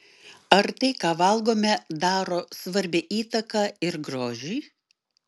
ar tai ką valgome daro svarbią įtaką ir grožiui